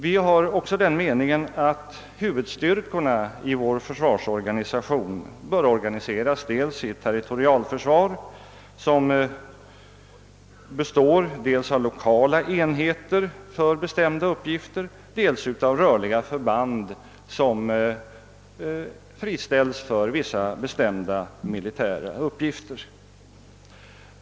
Vi hyser också den meningen att huvudstyrkorna i vår försvarsorganisation bör organiseras i ett territorialförsvar som består dels av lokala enheter för bestämda uppgifter, dels av rörliga förband som friställs för vissa militära uppgifter.